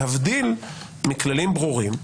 להבדיל מכללים ברורים,